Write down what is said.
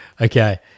Okay